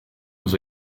was